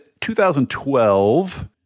2012